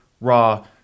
raw